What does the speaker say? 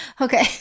Okay